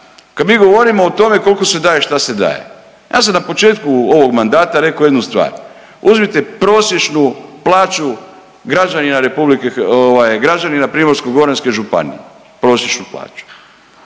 kad mi govorimo o tome koliko se daje i šta se daje. Ja sam na početku ovog mandata rekao jednu stvar. Uzmite prosječnu plaću građanina RH ovaj Primorsko-goranske županije, prosječnu plaću,